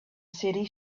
city